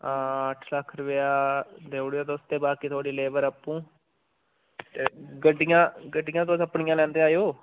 अट्ठ लक्ख रपेआ देई ओड़ेओ तुस ते बाकी थुआड़ी लेबर आपूं ते गड्डियां गड्डियां तुस अपनियां लैंदे आएओ